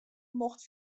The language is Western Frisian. mocht